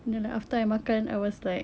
then like after I makan I was like